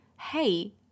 hey